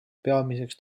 peamiseks